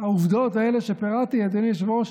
העובדות האלה שפירטתי, אדוני היושב-ראש,